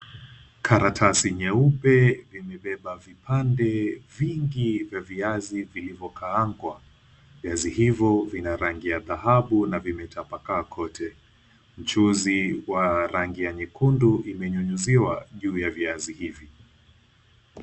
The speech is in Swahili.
Karatasi nyeupe imebeba vipande vingi vya viazi vilivyokaangwa. Viazi hivyo vina rangi ya dhahabu na vimetapakaa kote. Michuzi ya rangi ya mekundu imenyunyiziwa juu ya viazi hivi.